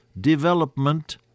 development